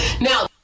Now